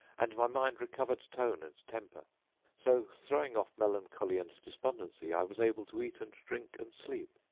and my mind recovered tone and temper so throwing off melancholy and despondency, i was able to eat and drink and sleep,